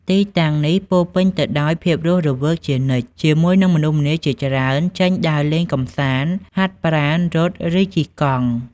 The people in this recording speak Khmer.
ទីតាំងនេះពោរពេញទៅដោយភាពរស់រវើកជានិច្ច ជាមួយនឹងមនុស្សម្នាជាច្រើនចេញដើរលេងកម្សាន្ត ហាត់ប្រាណ រត់ ឬជិះកង់។